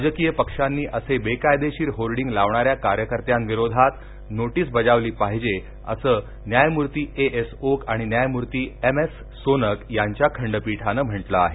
राजकीय पक्षांनी असे बेकायदेशीर होर्डिंग लावणाऱ्या कार्यकर्त्यांविरोधात नोटीस बजावली पाहिजे असे न्यायमूर्ती ए एस ओक आणि न्यायमूर्ती एम एस सोनक यांच्या खंडपीठाने म्हटले आहे